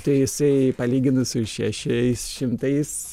tai jisai palyginus su šešiais šimtais